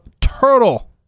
turtle